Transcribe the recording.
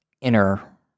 inner